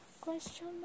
Question